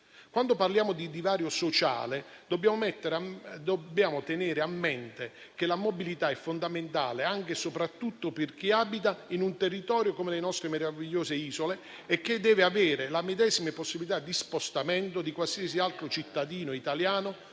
Quando parliamo di divario sociale, dobbiamo tenere a mente che la mobilità è fondamentale anche e soprattutto per chi abita in un territorio come le nostre meravigliose isole e che deve avere le medesime possibilità di spostamento di qualsiasi altro cittadino italiano